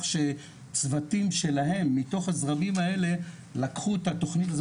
שצוותים שלהם מתוך הזרמים האלהל קחו את התכנית,